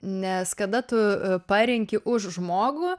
nes kada tu parenki už žmogų